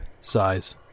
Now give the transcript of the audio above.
size